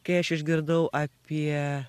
kai aš išgirdau apie